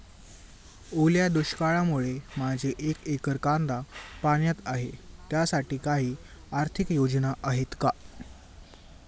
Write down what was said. ओल्या दुष्काळामुळे माझे एक एकर कांदा पाण्यात आहे त्यासाठी काही आर्थिक योजना आहेत का?